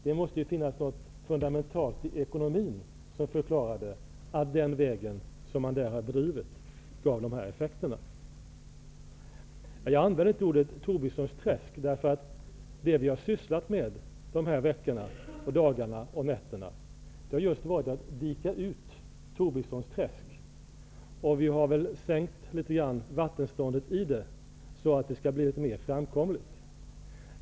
Det måste vara något fundamentalt i ekonomin som förklarar att den väg som man där har drivit har fått dessa effekter. Jag använde inte uttrycket ''Tobissons träsk'', eftersom vi under dagar och nätter just har arbetat med att dika ut Tobissons träsk. Vi har nog sänkt vattenståndet i det, så att det skall bli mera framkomligt.